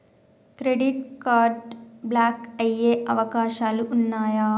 Credit card block అయ్యే అవకాశాలు ఉన్నయా?